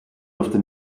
durfte